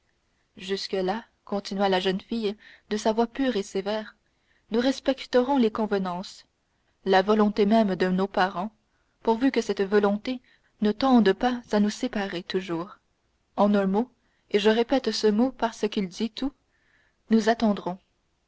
jusque-là continua la jeune fille de sa voix pure et sévère nous respectons les convenances la volonté même de nos parents pourvu que cette volonté ne tende pas à nous séparer toujours en un mot et je répète ce mot parce qu'il dit tout nous attendrons